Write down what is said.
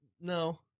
no